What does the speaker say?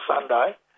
Sunday